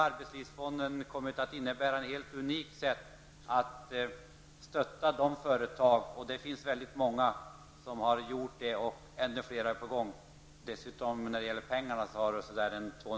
Arbetslivsfonden har här kommit att innebära ett helt unikt sätt att stötta företag. Det har varit fråga om väldigt många, och ännu fler är på gång. Ungefär 2,5 miljarder kronor har dessutom redan fördelats.